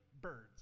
birds